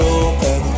open